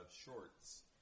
shorts